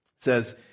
says